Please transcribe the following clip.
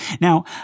Now